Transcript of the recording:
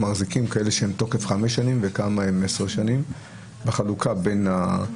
מחזיקים כאלה שהם בתוקף חמש שנים וכמה הם עשר שנים בחלוקה באחוזים?